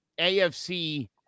AFC